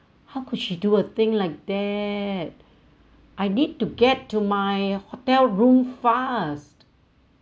how could she do a thing like that I need to get to my hotel room fast